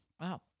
Wow